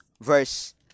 verse